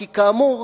כי כאמור,